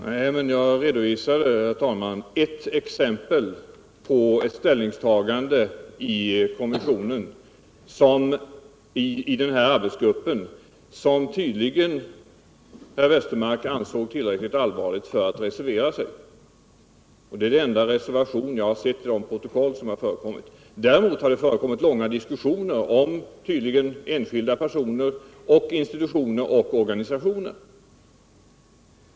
Herr talman! Jag redovisade ett exempel på ett ställningstagande i arbetsgruppen, som tydligen herr Westermark ansåg tillräckligt allvarligt för att reservera sig. Det är också den enda reservation som jag har sett i de protokoll som förekommit. Däremot har det tydligen förekommit långa diskussioner om enskilda personer, institutioner och organisationer.